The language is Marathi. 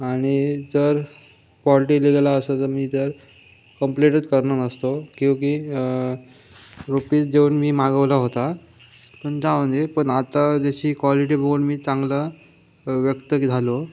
आणि जर फॉल्टी दिलेला असता तर मी तर कम्प्लेटच करणार असतो क्यूँ की रुपीज देऊन मी मागवला होता पण जाऊ दे पण आता जशी क्वालिटी बघून मी चांगलं व्यक्त झालो